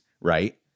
Right